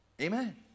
Amen